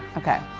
okay,